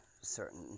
certain